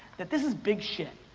that this is big shit.